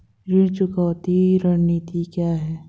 ऋण चुकौती रणनीति क्या है?